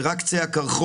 זה רק קצה הקרחון.